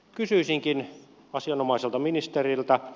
kysyisinkin asianomaiselta ministeriltä